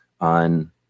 on